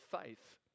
faith